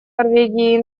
норвегии